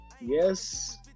yes